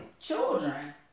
children